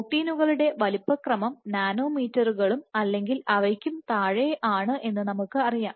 പ്രോട്ടീനുകളുടെ വലിപ്പക്രമം നാനോമീറ്ററുകളും അല്ലെങ്കിൽ അവയ്ക്കും താഴെയോ ആണ് എന്ന് നമുക്ക് അറിയാം